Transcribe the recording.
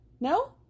No